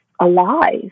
alive